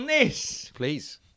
Please